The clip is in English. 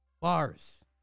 Bars